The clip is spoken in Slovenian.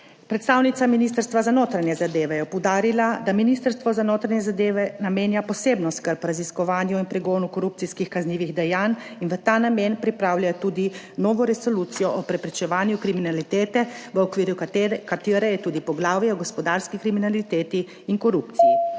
Predstavnica Ministrstva za notranje zadeve je poudarila, da Ministrstvo za notranje zadeve namenja posebno skrb raziskovanju in pregonu korupcijskih kaznivih dejanj in v ta namen pripravlja tudi novo resolucijo o preprečevanju kriminalitete, v okviru katere je tudi poglavje o gospodarski kriminaliteti in korupciji.